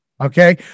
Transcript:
Okay